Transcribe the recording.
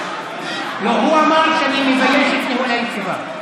הוא אמר לי שאני מבייש את ניהול הישיבה.